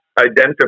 identify